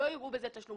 ולא יראו בזה תשלום